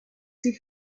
sie